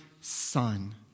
son